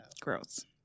Gross